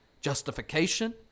justification